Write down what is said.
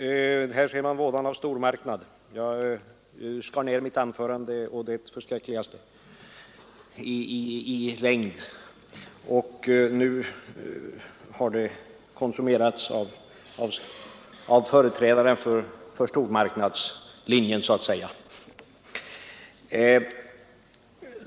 Herr talman! Här ser man vådan av stormarknad. Jag skar ner mitt anförande å det förskräckligaste i längd, och nu har tiden konsumerats av företrädarna för stormarknadslinjen, så att säga.